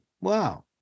wow